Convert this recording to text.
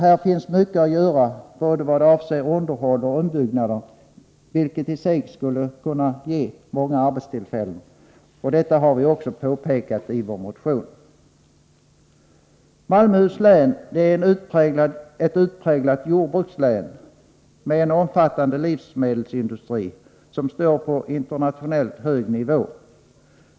Här finns mycket att göra både vad avser underhåll och ombyggnader, vilket i sig skulle kunna ge många arbetstillfällen. Detta har vi också påpekat i vår motion. Malmöhus län är ett utpräglat jordbrukslän med en omfattande livsmedelsindustri, som står på en internationellt hög nivå.